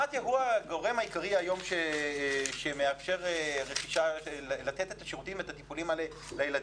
מתי"א הוא הגורם העיקרי שמאפשר לתת את השירותים והטיפולים האלה לילדים.